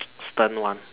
stern one